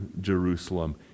Jerusalem